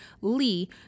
Lee